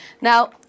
now